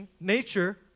nature